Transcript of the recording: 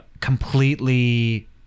completely